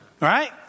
right